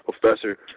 professor